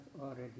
already